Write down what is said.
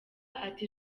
ati